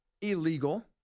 illegal